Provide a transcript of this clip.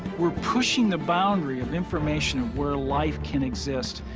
we're pushing the boundary of information of where life can exist,